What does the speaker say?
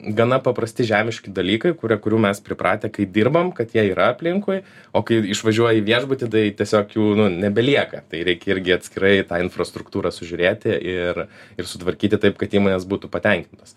gana paprasti žemiški dalykai kurie kurių mes pripratę kai dirbam kad jie yra aplinkui o kai išvažiuoji į viešbutį tai tiesiog jų nu nebelieka tai reik irgi atskirai tą infrastruktūrą sužiūrėti ir ir sutvarkyti taip kad įmonės būtų patenkintos